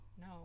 no